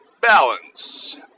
balance